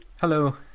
Hello